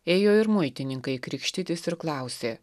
ėjo ir muitininkai krikštytis ir klausė